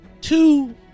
Two